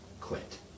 quit